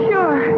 Sure